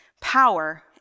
power